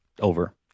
Over